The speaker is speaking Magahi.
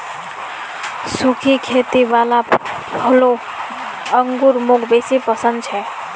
सुखी खेती वाला फलों अंगूर मौक बेसी पसन्द छे